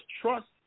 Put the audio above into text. trust